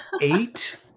eight